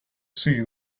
see